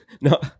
no